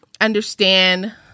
understand